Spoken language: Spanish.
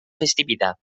festividad